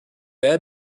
add